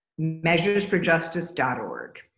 MeasuresforJustice.org